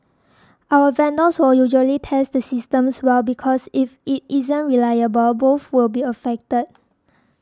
our vendors will usually test the systems well because if it isn't reliable both will be affected